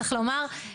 אפשר לומר,